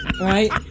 right